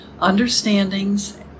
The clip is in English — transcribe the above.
Understandings